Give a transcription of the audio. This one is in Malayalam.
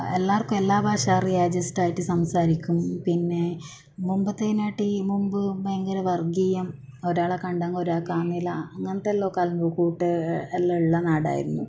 എല്ലാവർക്കും എല്ലാ ഭാഷ അറിയാം ജസ്റ്റ് ആയിട്ട് സംസാരിക്കും പിന്നെ മുമ്പത്തെനാട്ടി മുൻപ് ഭയങ്കര വർഗീയം ഒരാളെ കണ്ടെങ്കിൽ ഒരാൾക്ക് ആകുന്നില്ല അങ്ങനത്തെ എല്ലാം കലമ്പ് കൂട്ടുക എല്ലാം ഉള്ള നാടായിരുന്നു